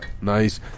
Nice